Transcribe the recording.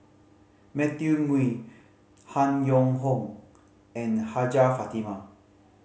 Matthew Ngui Han Yong Hong and Hajjah Fatimah